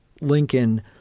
Lincoln